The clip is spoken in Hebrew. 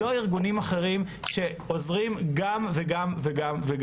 לא ארגונים אחרים שעוזרים גם וגם וגם.